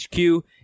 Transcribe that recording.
hq